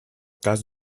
cas